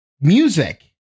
music